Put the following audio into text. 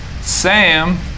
Sam